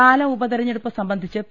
പാലാ ഉപതെരഞ്ഞെടുപ്പ് സംബന്ധിച്ച് പി